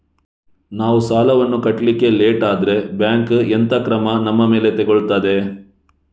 ನಾವು ಸಾಲ ವನ್ನು ಕಟ್ಲಿಕ್ಕೆ ಲೇಟ್ ಆದ್ರೆ ಬ್ಯಾಂಕ್ ಎಂತ ಕ್ರಮ ನಮ್ಮ ಮೇಲೆ ತೆಗೊಳ್ತಾದೆ?